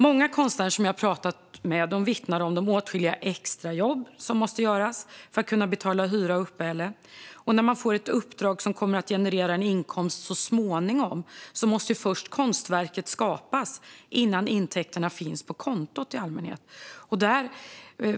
Många konstnärer jag pratat med vittnar om de åtskilliga extrajobb som måste göras för att de ska kunna betala hyra och uppehälle. När man får ett uppdrag som så småningom kommer att generera en inkomst måste i allmänhet först konstverket skapas innan intäkterna finns på kontot.